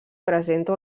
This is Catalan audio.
presenta